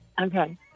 Okay